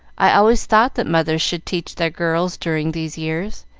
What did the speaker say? i always thought that mothers should teach their girls during these years,